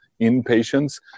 inpatients